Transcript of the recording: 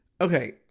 Okay